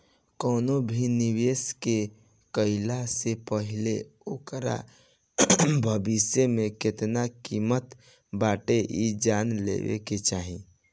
कवनो भी निवेश के कईला से पहिले ओकर भविष्य में केतना किमत बाटे इ जान लेवे के चाही